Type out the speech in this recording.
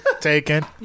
Taken